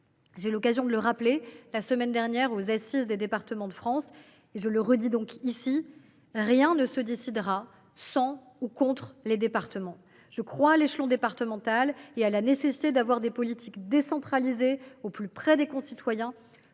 eu l’occasion de le souligner la semaine dernière lors des Assises des départements de France, rien ne se décidera sans ou contre les départements. Je crois à l’échelon départemental et à la nécessité de mener des politiques décentralisées, au plus près de nos concitoyens,